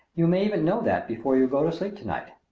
you may even know that before you go to sleep to-night.